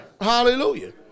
Hallelujah